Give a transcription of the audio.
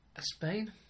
Spain